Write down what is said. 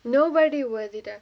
nobody worth it ah